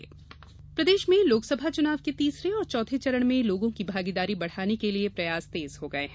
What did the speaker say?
मतदाता जागरूकता प्रदेश में लोकसभा चुनाव के तीसरे और चौथे चरण में लोगों की भागीदारी बढ़ाने के लिए प्रयास तेज हो गये हैं